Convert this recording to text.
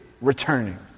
returning